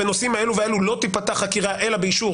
בנושאים אלה ואלה לא תיפתח חקירה אלא באישור